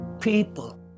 People